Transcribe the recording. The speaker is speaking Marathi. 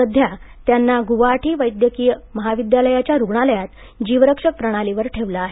सध्या त्यांना गुवाहाटी वैद्यकीय महाविद्यालयाच्या रुग्णालयात जीवरक्षक प्रणालीवर ठेवलं आहे